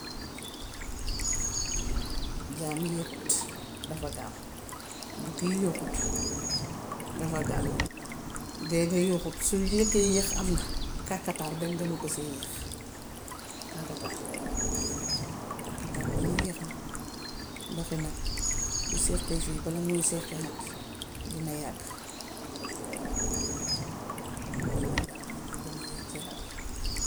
Jaan yeexut dafa gaaw. Bukki yeexut dafa gaaw. Gaynde yeexut. Su nekkee yeex am na kàkkatar benn gënu ko see yeex. Kàkkatar, kàkkatar moom yeex na; doxinam, bu seqee fii bala moo seqihaat dina yàgg. Man moom laa jàpp ne moo gën a yeex ci rab yi.